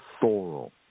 thorough